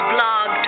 Blog